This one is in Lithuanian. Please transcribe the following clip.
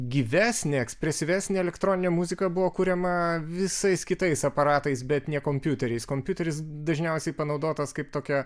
gyvesnė ekspresyvesnė elektroninė muzika buvo kuriama visais kitais aparatais bet ne kompiuteriais kompiuteris dažniausiai panaudotas kaip tokia